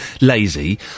lazy